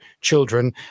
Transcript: children